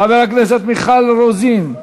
חברת הכנסת מיכל רוזין,